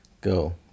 go